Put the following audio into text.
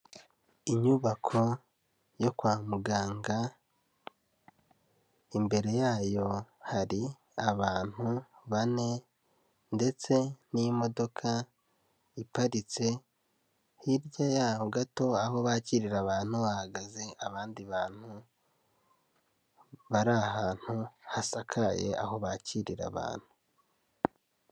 Inyubako yo kwa muganga, imbere yayo hari abantu bane ndetse n'imodoka iparitse, hirya yaho gato aho bakirira abantu, hahagaze abandi bantu bari ahantu hasakaye aho bakirira abantu.